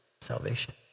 salvation